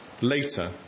Later